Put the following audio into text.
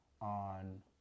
on